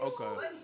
okay